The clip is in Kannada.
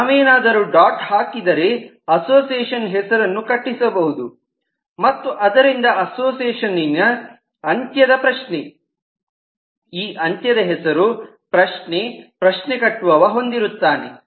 ನಾವೇನಾದರೂ ಡಾಟ್ ಹಾಕಿದರೆ ಅಸೋಸಿಯೇಷನ್ ಹೆಸರನ್ನು ಕಟ್ಟಿಸಬಹುದು ಮತ್ತು ಅದರಿಂದ ಅಸೋಸಿಯೇಷನ್ನಿನ ಅಂತ್ಯದ ಪ್ರಶ್ನೆ ಈ ಅಂತ್ಯದ ಹೆಸರು ಪ್ರಶ್ನೆ ಪ್ರಶ್ನೆ ಕಟ್ಟುವವ ಹೊಂದಿರುತ್ತಾನೆ